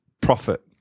profit